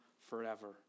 forever